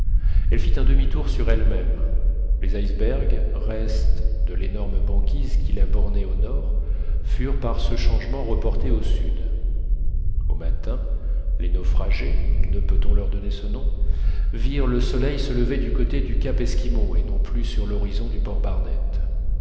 elle fit un demi-tour sur elle-même les icebergs restes de l'énorme banquise qui la bornaient au nord furent par ce changement reportés au sud au matin les naufragés ne peut-on leur donner ce nom virent le soleil se lever du côté du cap esquimau et non plus sur l'horizon du port barnett